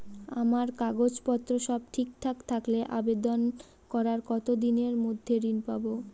আমার কাগজ পত্র সব ঠিকঠাক থাকলে আবেদন করার কতদিনের মধ্যে ঋণ পাব?